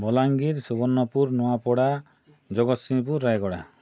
Balangir Subarnapur Nuapada Jagatsinghpur Rayagada